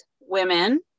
women